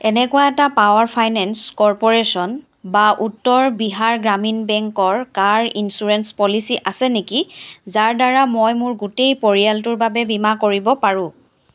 এনেকুৱা এটা power finance corporation বা উত্তৰ বিহাৰ গ্ৰামীণ বেংকৰ কাৰ ইঞ্চুৰেঞ্চ পলিচী আছে নেকি যাৰ দ্বাৰা মই মোৰ গোটেই পৰিয়ালটোৰ বাবে বীমা কৰিব পাৰোঁ